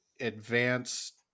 advanced